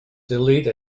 delete